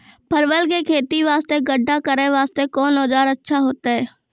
परवल के खेती वास्ते गड्ढा करे वास्ते कोंन औजार अच्छा होइतै?